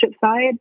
side